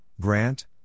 Grant